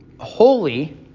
holy